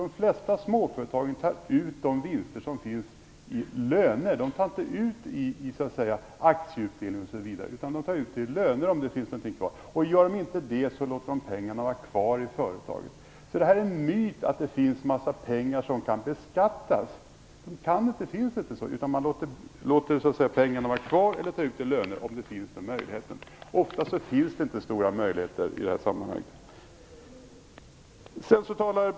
De flesta småföretag tar ut de vinster som finns i löner, inte till aktieutdelning. Om det finns någonting kvar tas pengarna ut i löner. Och om det inte finns det låter man låter pengarna vara kvar i företagen. Det är en myt att det finns en massa pengar i företagen som kan beskattas. Det finns det inte. Man låter pengarna kvar, och om den möjligheten finns tar man ut dem i löner. Så möjligheterna i det här sammanhanget är inte så stora.